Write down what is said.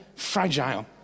fragile